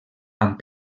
amb